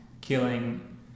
killing